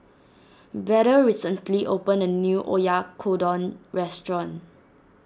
Beda recently opened a new Oyakodon restaurant